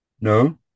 No